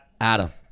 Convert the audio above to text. Adam